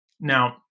Now